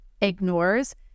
ignores